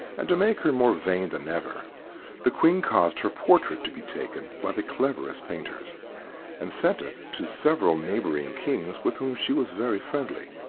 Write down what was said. and to make her more vain than ever the queen caused her portrait to be taken by the cleverest painters and sent it to several neighboring kings with whom she was very friendly.